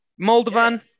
Moldovan